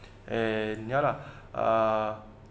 and ya lah ah